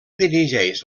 dirigeix